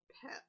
pet